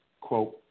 quote